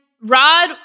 Rod